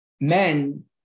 men